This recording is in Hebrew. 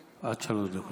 עד שלוש דקות לרשותך,